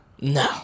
No